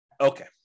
Okay